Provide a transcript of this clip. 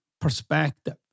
perspective